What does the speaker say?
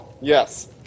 Yes